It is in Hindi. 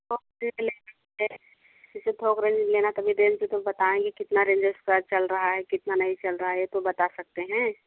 हम सीख लेंगे जैसे थोक रेट मे लेना था तभी देंगे तो बताएँगे कितना चल रहा है कितना नहीं चल रहा है ये तो बता सकते हैं